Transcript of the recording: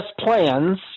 plans